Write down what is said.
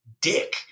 dick